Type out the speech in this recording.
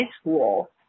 school